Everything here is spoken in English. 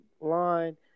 line